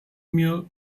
mir